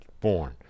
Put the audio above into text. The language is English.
born